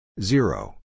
zero